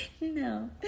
no